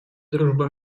дружба